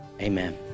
amen